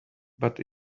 but